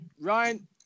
Ryan